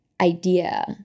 idea